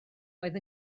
oedd